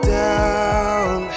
down